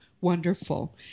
wonderful